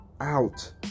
out